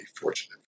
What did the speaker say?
fortunate